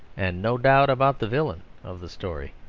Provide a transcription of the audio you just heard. and no doubt about the villain of the story.